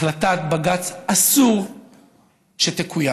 החלטת בג"ץ, אסור שתקוים.